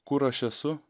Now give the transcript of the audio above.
kur aš esu